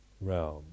realm